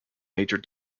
major